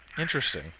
Interesting